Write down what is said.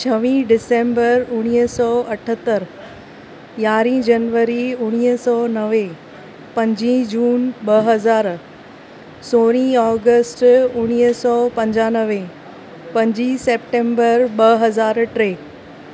छवीह डिसंबर उणिवीह सौ अठहतरि यारहीं जनवरी उणिवीह सौ नवे पंजी जून ॿ हज़ार सोरहीं ऑगस्ट उणिवीह सौ पंजानवे पंजी सेप्टेंबर ॿ हज़ार टे